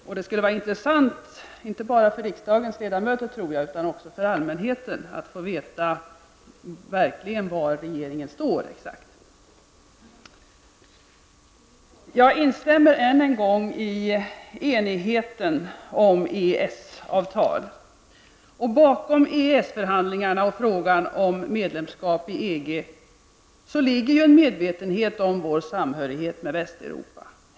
Det skulle nog vara intressant, inte bara för riksdagens ledamöter utan också för allmänheten, att verkligen få veta exakt var regeringen står. Jag instämmer ännu en gång i den eniga inställningen till ett EES-avtal. Bakom EES finns ju en medvetenhet om vår samhörighet med Västeuropa.